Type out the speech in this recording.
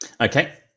Okay